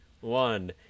one